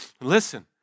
Listen